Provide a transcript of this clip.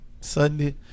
Sunday